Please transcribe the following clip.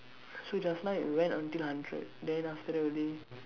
so just now it went until hundred then after that only